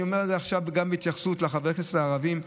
אני אומר את זה עכשיו גם בהתייחסות לחברי הכנסת הערבים,